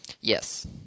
Yes